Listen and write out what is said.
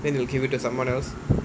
then you will give it to someone else